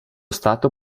stato